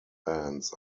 bands